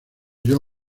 josh